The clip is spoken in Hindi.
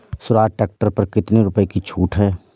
स्वराज ट्रैक्टर पर कितनी रुपये की छूट है?